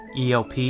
ELP